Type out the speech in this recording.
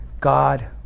God